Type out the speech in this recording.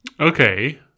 Okay